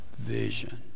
vision